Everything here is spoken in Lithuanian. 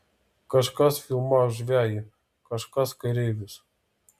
kažkas filmavo žvejį kažkas kareivius